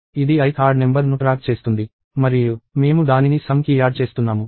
ఇది ith odd number ను track చేస్తుంది మరియు మేము దానిని సమ్ కి యాడ్ చేస్తున్నాము